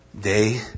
day